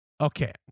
Okay